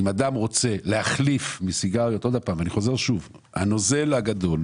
אני מדבר על הנוזל הגדול,